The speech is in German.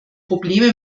probleme